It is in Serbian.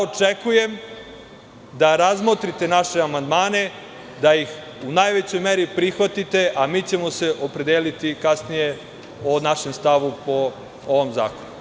Očekujem da razmotrite naše amandmane, da ih u najvećoj meri prihvatite, a mi ćemo se kasnije opredeliti o našem stavu po ovom zakonu.